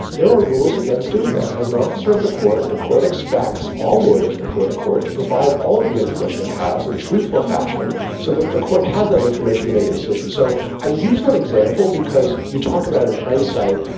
there are rules against doing that. as an officer of the court, the court expects all lawyers before the court to provide all of the information it has in truthful fashion so that the court has that information to make a decision. so i use that example, because you talk about in hindsight,